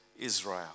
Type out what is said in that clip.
Israel